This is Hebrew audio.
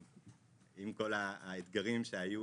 עם כל האתגרים שהיו